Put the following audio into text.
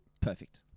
perfect